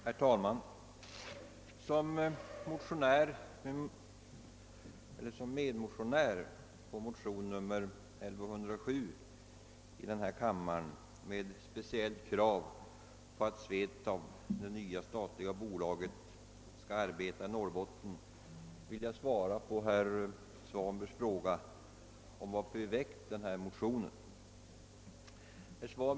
Herr talman! Eftersom jag tillhör dem som skrivit under motionen nr 1107 i denna kammare, i vilken framförs särskilda krav på att SVETAB, det nya statliga bolaget, skall arbeta i Norrbotten, vill jag svara på herr Svanbergs fråga om anledningen till att den motionen har väckts.